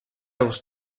was